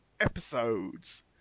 episodes